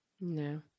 No